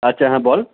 আচ্ছা হ্যাঁ বল